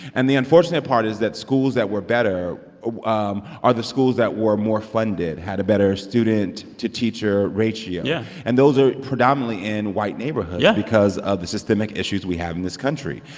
and the unfortunate part is that schools that were better ah um are the schools that were more funded, had a better student-to-teacher ratio yeah and those are predominately in white neighborhoods yeah because of the systemic issues we have in this country.